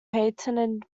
patented